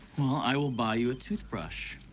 i will buy you a toothbrush.